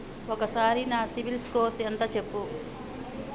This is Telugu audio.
ఒక్కసారి నా సిబిల్ స్కోర్ ఎంత చెప్పు?